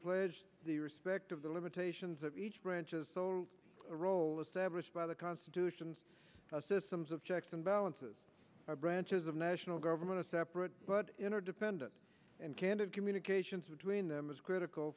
pledge the respect of the limitations of each branch of a role established by the constitution and systems of checks and balances branches of national government to separate but interdependent and candid communications between them is critical